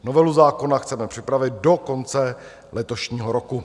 Novelu zákona chceme připravit do konce letošního roku.